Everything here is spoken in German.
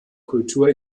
kultur